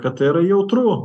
kad tai yra jautru